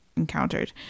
encountered